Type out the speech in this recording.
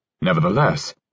Nevertheless